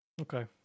Okay